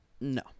No